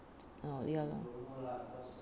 ya lor